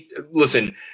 listen